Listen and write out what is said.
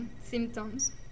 symptoms